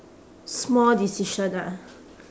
small decision ah